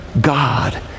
God